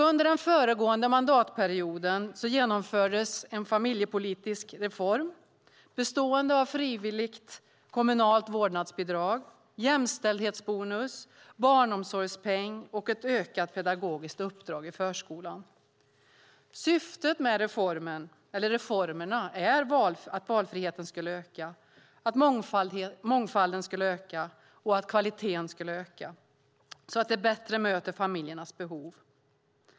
Under den föregående mandatperioden genomfördes en familjepolitisk reform bestående av ett frivilligt kommunalt vårdnadsbidrag, en jämställdhetsbonus, en barnomsorgspeng och ett ökat pedagogiskt uppdrag i förskolan. Syftet med reformerna är att valfriheten, mångfalden och kvaliteten ska öka så att vi bättre möter familjernas behov.